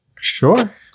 Sure